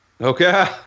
Okay